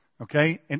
Okay